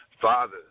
Father